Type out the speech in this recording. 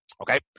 Okay